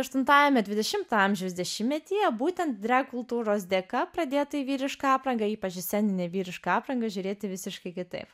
aštuntajame dvidešimto amžiaus dešimtmetyje būtent drag kultūros dėka pradėta į vyrišką aprangą ypač į sceninę vyrišką aprangą žiūrėti visiškai kitaip